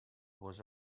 was